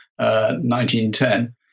1910